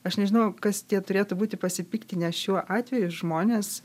aš nežinau kas tie turėtų būti pasipiktinę šiuo atveju žmonės